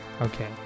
okay